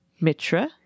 Mitra